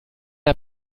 der